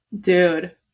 Dude